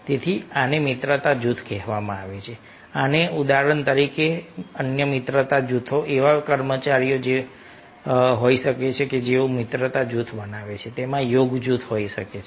તેથી આને મિત્રતા જૂથ કહેવામાં આવે છે અને ઉદાહરણ તરીકે અન્ય મિત્રતા જૂથો એવા કર્મચારીઓ જેવા હોઈ શકે કે જેઓ મિત્રતા જૂથ બનાવે છે તેમાં યોગ જૂથ હોઈ શકે છે